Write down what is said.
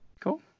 cool